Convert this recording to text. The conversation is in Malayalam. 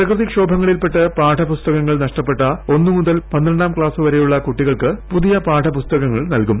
പ്രകൃതിക്ഷോഭങ്ങളിൽപ്പെട്ട് പാഠപുസ്തകങ്ങൾ നഷ്ടപ്പെട്ട ഒന്നുമുതൽ പന്ത്രണ്ടാം ക്ലാസുവരെയുള്ള കുട്ടികൾ പുതിയ പാഠപുസ്തകങ്ങൾ നൽകും